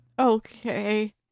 Okay